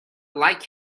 like